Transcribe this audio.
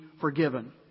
forgiven